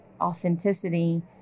authenticity